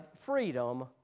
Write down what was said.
freedom